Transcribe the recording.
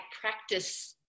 practice